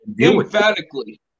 emphatically